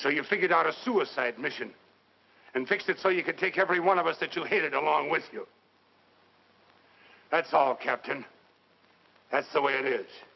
so you figured out a suicide mission and fixed it so you could take every one of us situated along with you that's our captain that's the way it is